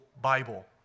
Bible